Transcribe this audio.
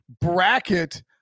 bracket